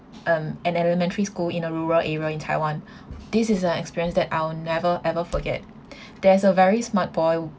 um an elementary school in a rural area in taiwan this is an experience that I'll never ever forget there's a very smart boy